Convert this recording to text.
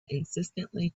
insistently